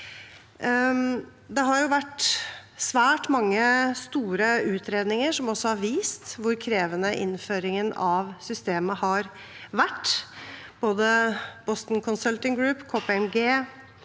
Det har vært svært mange store utredninger som også har vist hvor krevende innføringen av systemet har vært. Både Boston Consulting Group, KPMG,